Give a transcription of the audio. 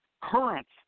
currents